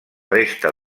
resta